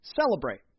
celebrate